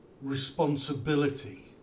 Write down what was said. responsibility